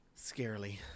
Scarily